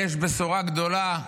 יש בשורה גדולה,